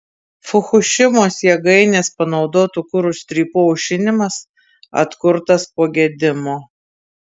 fukušimos jėgainės panaudotų kuro strypų aušinimas atkurtas po gedimo